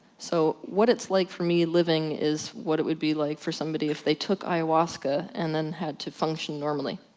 so, what it's like for me living is what it would be like for somebody if they took ayahuasca, and then had to function normally.